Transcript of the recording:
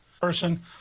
person